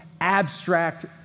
abstract